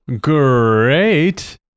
great